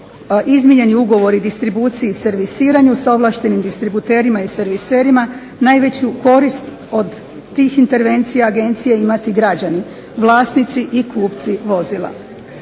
izmijenjeni ugovori distribuciji i servisiranju s ovlaštenim distributerima i serviserima najveću korist od tih intervencija agencije imati građani, vlasnici i kupci vozila.